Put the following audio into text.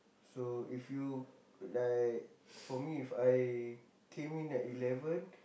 so if you like for me if I like came in at eleven